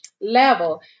level